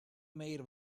made